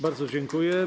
Bardzo dziękuję.